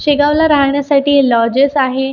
शेगावला राहण्यासाठी लॉजेस आहे